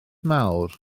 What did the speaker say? mawr